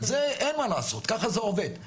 זה אין מה לעשות, ככה זה עובד.